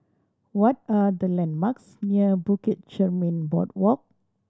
what are the landmarks near Bukit Chermin Boardwalk